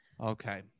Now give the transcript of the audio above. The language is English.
Okay